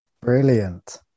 brilliant